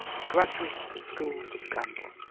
a graduate of the school for scandal.